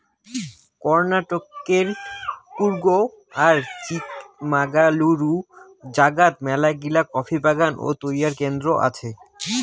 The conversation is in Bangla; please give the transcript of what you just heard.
কর্ণাটকের কূর্গ আর চিকমাগালুরু জাগাত মেলাগিলা কফি বাগান ও তৈয়ার কেন্দ্র আছে